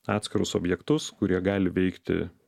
atskirus objektus kurie gali veikti